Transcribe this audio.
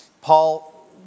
Paul